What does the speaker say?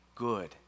good